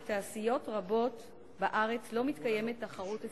בתעשיות רבות בארץ לא מתקיימת תחרות אפקטיבית.